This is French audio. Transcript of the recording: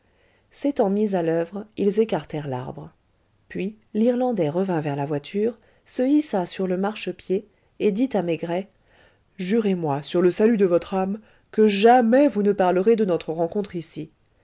s'étant mis à l'oeuvre ils écartèrent l'arbre puis l'irlandais revint vers la voiture se hissa sur le marchepied et dit à maigret jurez-moi sur le salut de votre âme que jamais vous ne parlerez de notre rencontre ici